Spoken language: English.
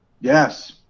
Yes